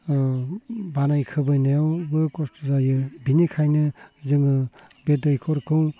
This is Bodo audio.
बानायखोबोनायावबो कस्त' जायो बेनिखायनो जोङो बे दैखरखौ